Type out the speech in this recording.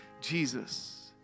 Jesus